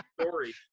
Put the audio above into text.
story